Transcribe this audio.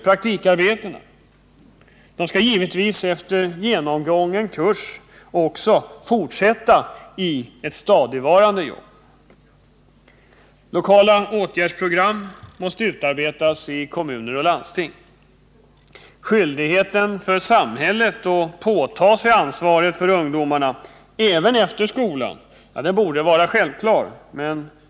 Praktikarbetena skall givetvis efter genomgången kurs fortsätta i stadigvarande jobb. Lokala åtgärdsprogram måste utarbetas i kommuner och landsting. Skyldigheten för samhället att påta sig ansvaret för ungdomarna även efter skolan måste vara självklar.